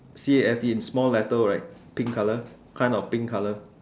C A F E in small letter right pink colour kind of pink colour